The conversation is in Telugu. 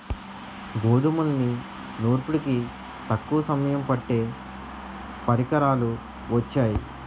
గోధుమల్ని నూర్పిడికి తక్కువ సమయం పట్టే పరికరాలు వొచ్చాయి